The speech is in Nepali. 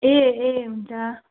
ए ए हुन्छ